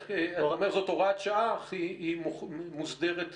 אתה אומר שזו הוראת שעה שמוסדרת בחקיקה.